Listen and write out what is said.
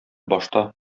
башта